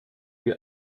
wie